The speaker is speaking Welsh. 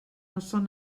noson